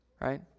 right